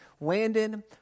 Landon